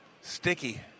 Sticky